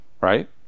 Right